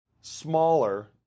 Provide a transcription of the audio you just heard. smaller